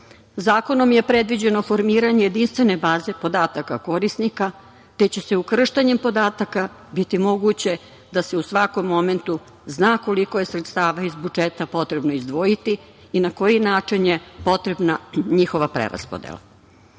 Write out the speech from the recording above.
Zakonom je predviđeno formiranje jedinstvene baze podataka korisnika te će ukrštanjem podataka biti moguće da se u svakom momentu zna koliko je sredstava iz budžeta potrebno izdvojiti i na koji način je potrebna njihova preraspodela. Važno